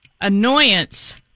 Annoyance